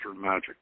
magic